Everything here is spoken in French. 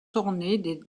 ornées